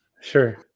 sure